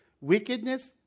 Wickedness